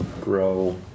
grow